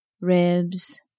ribs